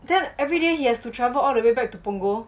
then everyday he has to travel all the way back to punggol